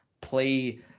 play –